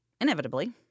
Inevitably